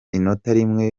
rukumbi